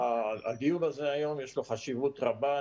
הדיון הזה היום יש לו חשיבות רבה.